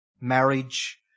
marriage